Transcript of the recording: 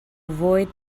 avoid